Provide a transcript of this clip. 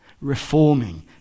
reforming